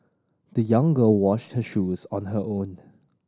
the young girl washed her shoes on her own